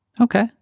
Okay